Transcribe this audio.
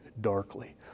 darkly